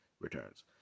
returns